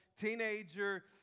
teenager